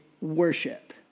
worship